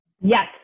Yes